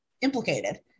implicated